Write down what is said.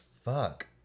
Fuck